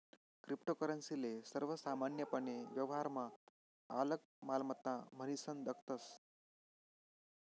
cryptocurrency ले सर्वसामान्यपने व्यवहारमा आलक मालमत्ता म्हनीसन दखतस